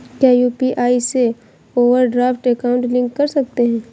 क्या यू.पी.आई से overdraft account link कर सकते हैं?